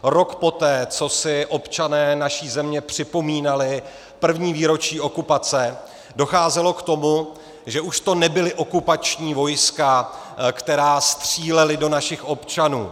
Rok poté, co si občané naší země připomínali první výročí okupace, docházelo k tomu, že už to nebyla okupační vojska, která střílela do našich občanů.